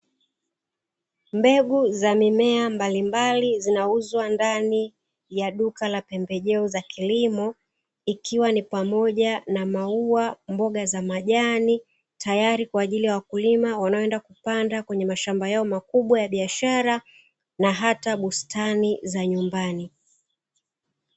Mbegu za mimea mbalimbali zinauzwa ndani ya duka la pembejeo kilimo, ikiwa ni pamoja na maua, mboga za majani, tayari kwa wakulima wanaokwenda kupanda kwenye mashamba yao makubwa na hata majumbani.